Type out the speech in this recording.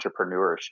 entrepreneurship